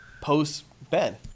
post-Ben